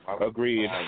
Agreed